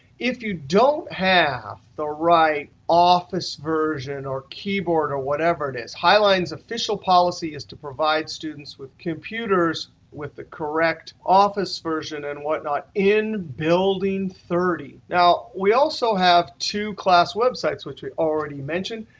if you don't have the right office version or keyboard or whatever it is, highline's official policy is to provide students with computers with the correct office version and whatnot in building thirty. now we also have two class websites, which you already mentioned.